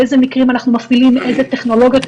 באיזה מקרים אנחנו מפעילים איזה טכנולוגיות,